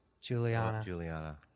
Juliana